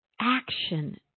action